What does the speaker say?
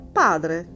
padre